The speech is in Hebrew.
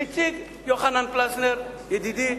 והציג יוחנן פלסנר ידידי,